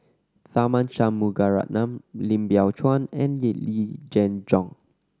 Tharman Shanmugaratnam Lim Biow Chuan and Yee Jenn Jong